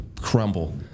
crumble